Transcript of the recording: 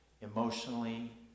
emotionally